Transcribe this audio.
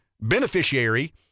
beneficiary